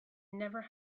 never